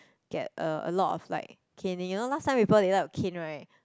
get a a lot of like caning you know last time people they like to cane right